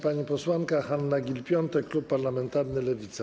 Pani posłanka Hanna Gill-Piątek, klub parlamentarny Lewica.